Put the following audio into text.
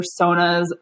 personas